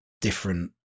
different